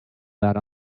that